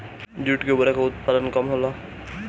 jute के बोरा के उत्पादन कम होला